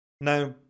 Now